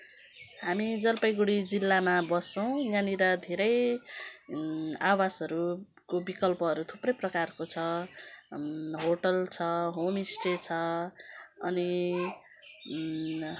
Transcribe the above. हामी जलपाइगुडी जिल्लामा बस्छौँ यहाँनेर धेरै आवासहरूको विकल्पहरू थुप्रै प्रकारको छ होटेल छ होम स्टे छ अनि